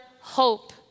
hope